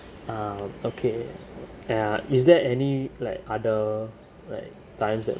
uh okay uh is there any like other like times that